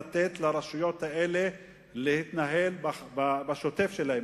לתת לרשויות האלה להתנהל בשוטף שלהן,